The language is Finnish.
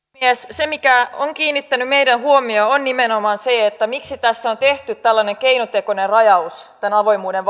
se mikä on kiinnittänyt meidän huomiomme on nimenomaan se että tässä on tehty tällainen keinotekoinen rajaus tämän avoimuuden